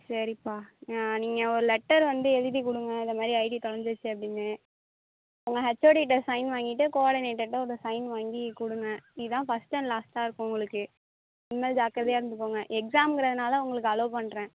சரிப்பா நீங்கள் ஒரு லெட்டர் வந்து எழுதி கொடுங்க இதமாரி ஐடி தொலைஞ்சிருச்சு அப்படின்னு உங்கள் ஹெச்சோடிகிட்ட சைன் வாங்கிட்டு குவாடினேட்டர்கிட்ட ஒரு சைன் வாங்கி கொடுங்க இதுதான் ஃபஸ்ட் அன் லாஸ்ட்டாகருக்கும் உங்குளுக்கு இனிமேல் ஜாக்கிரதையா இருந்துக்கோங்க எக்ஸாம்ங்கிறதால உங்குளுக்கு அலோ பண்றேன்